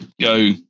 Go